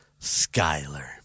Skyler